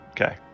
okay